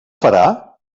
farà